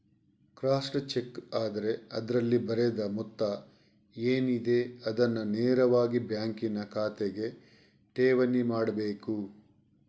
crossed cheque ಆದ್ರೆ ಅದ್ರಲ್ಲಿ ಬರೆದ ಮೊತ್ತ ಏನಿದೆ ಅದನ್ನ ನೇರವಾಗಿ ಬ್ಯಾಂಕಿನ ಖಾತೆಗೆ ಠೇವಣಿ ಮಾಡ್ಬೇಕು